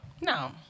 No